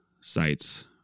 sites